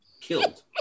killed